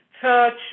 touch